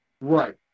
right